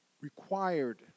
required